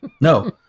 no